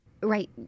Right